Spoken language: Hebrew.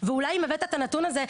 ואולי אם הבאת את הנתון הזה,